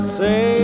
say